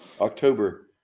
October